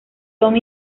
tom